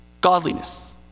Godliness